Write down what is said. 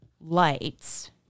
lights